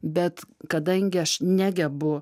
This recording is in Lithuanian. bet kadangi aš negebu